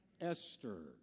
Esther